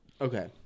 Okay